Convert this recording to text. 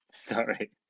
Sorry